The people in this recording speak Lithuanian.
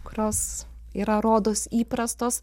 kurios yra rodos įprastos